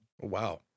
Wow